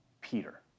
Peter